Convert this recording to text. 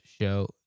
show